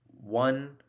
one